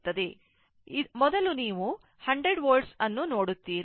ಆದ್ದರಿಂದ ಮೊದಲು ನೀವು 100 V ಅನ್ನುನೋಡುತ್ತೀರಿ